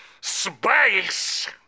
...Space